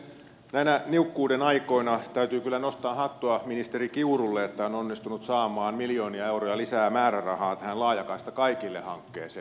näinä niukkuuden aikoina täytyy kyllä nostaa hattua ministeri kiurulle että on onnistunut saamaan miljoonia euroja lisää määrärahaa tähän laajakaista kaikille hankkeeseen